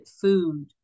food